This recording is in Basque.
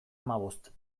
hamabost